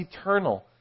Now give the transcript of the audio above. eternal